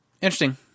Interesting